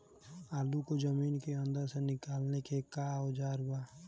आलू को जमीन के अंदर से निकाले के का औजार बा?